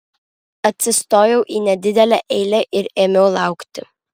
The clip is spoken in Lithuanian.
atsistojau į nedidelę eilę ir ėmiau laukti